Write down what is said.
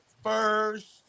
First